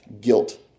guilt